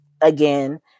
again